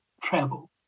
travel